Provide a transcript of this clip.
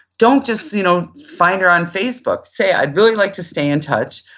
don't just you know find her on facebook. say i'd really like to stay in touch,